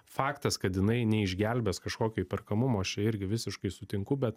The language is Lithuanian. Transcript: faktas kad jinai neišgelbės kažkokio įperkamumo aš čia irgi visiškai sutinku bet